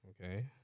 okay